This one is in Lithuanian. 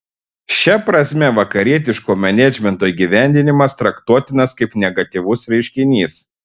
šia prasme vakarietiško menedžmento įgyvendinimas traktuotinas kaip negatyvus reiškinys